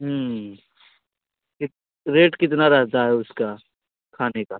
कित रेट कितना रहता है उसका खाने का